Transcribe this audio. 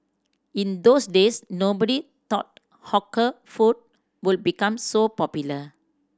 in those days nobody thought hawker food would become so popular